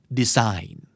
design